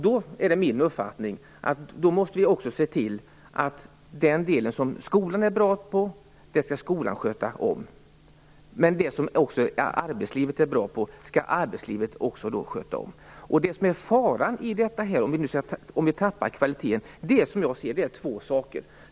Det är min uppfattning att vi då måste se till att skolan skall sköta om den del som skolan är bra på och att arbetslivet skall sköta om den del som arbetslivet är bra på. Om vi tappar kvaliteten ligger faran i två saker.